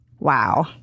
Wow